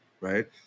right